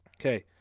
Okay